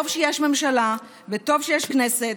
טוב שיש ממשלה וטוב שיש כנסת,